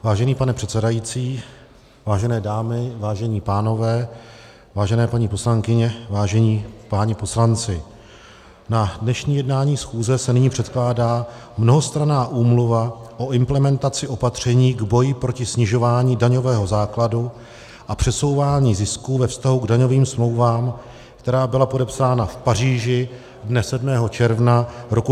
Vážený pane předsedající, vážené dámy, vážení pánové, vážené paní poslankyně, vážení páni poslanci, na dnešní jednání schůze se nyní předkládá Mnohostranná úmluva o implementaci opatření k boji proti snižování daňového základu a přesouvání zisků ve vztahu k daňovým smlouvám, která byla podepsána v Paříži dne 7. června roku 2017.